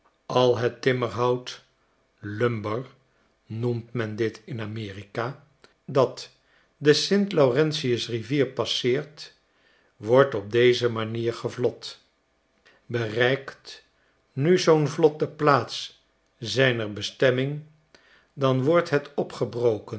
al het timmerhout plumber noemt men dit in amerika dat de st laurentius rivier passeert wordt op deze manier gevlot bereikt nu zoo'n vlot de plaats zijner bestemming dan wordt het opgebroken